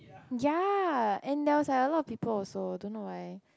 ya there was like a lot of people also don't know why